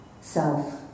self